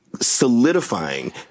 solidifying